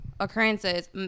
occurrences